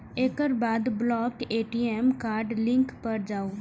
एकर बाद block ATM card link पर जाउ